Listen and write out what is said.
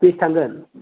बेसे थांगोन